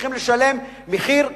צריכים לשלם מחיר כבד,